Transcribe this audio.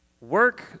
work